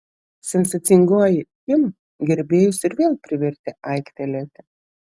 sensacingoji kim gerbėjus ir vėl privertė aiktelėti